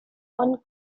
and